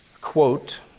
quote